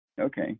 Okay